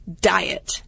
diet